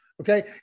Okay